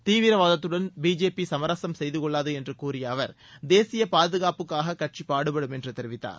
தீவிரவாதத்துடன் BJP சமரசம் செய்து கொள்ளாது என்று சூறிய அவர் தேசிய பாதுகாப்புக்காக கட்சி பாடுபடும் என்று தெரிவித்தார்